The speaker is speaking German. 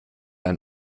ein